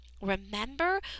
Remember